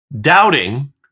doubting